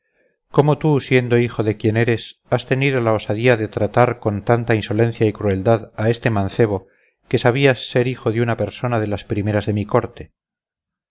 cómo tú siendo hijo de quien eres has tenido la osadía de tratar con tanta insolencia y crueldad a este mancebo que sabías ser hijo de una persona de las primeras de mi corte